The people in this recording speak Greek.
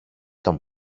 τον